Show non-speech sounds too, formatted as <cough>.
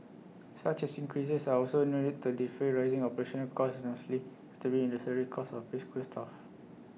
such as increases are also <unintelligible> to defray rising operational costs mostly notably in the salary costs of preschool staff